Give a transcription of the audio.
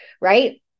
right